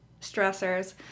stressors